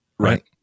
Right